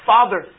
Father